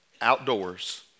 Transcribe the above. outdoors